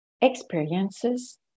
experiences